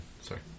Sorry